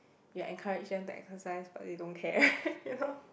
you encourage them to exercise but they don't care you know